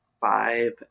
five